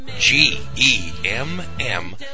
G-E-M-M